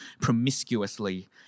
promiscuously